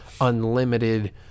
unlimited